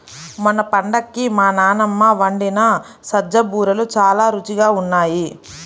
మొన్న పండక్కి మా నాన్నమ్మ వండిన సజ్జ బూరెలు చాలా రుచిగా ఉన్నాయి